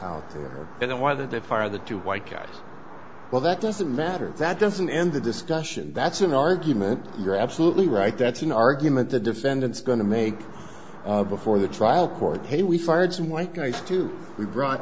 out there you know whether to fire the two white guys well that doesn't matter that doesn't end the discussion that's an argument you're absolutely right that's an argument the defendant's going to make before the trial court hey we fired some white guys too we brought